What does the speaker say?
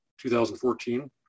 2014